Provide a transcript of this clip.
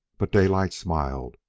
but daylight smiled,